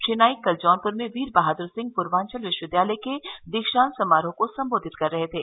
श्री नाईक कल जौनपुर में वीर बहादुर सिंह पूर्वांचल विश्वविद्यालय के दीक्षान्त समारोह को संबोधित कर रहे थे